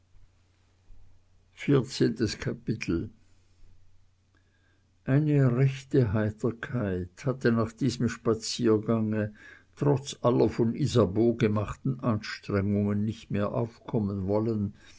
vierzehntes kapitel eine rechte heiterkeit hatte nach diesem spaziergange trotz aller von isabeau gemachten anstrengungen nicht mehr aufkommen wollen